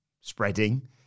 spreading